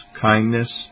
kindness